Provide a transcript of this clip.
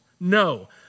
No